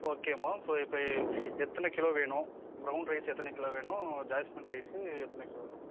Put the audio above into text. ஓகேமா ஸோ இப்போ எத்தனை கிலோ வேணும் பிரவுன் ரைஸ் எத்தனை கிலோ வேணும் ஜாஸ்மின் ரைஸ் எத்தனை கிலோ வேணும்